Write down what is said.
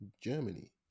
Germany